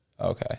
Okay